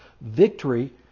Victory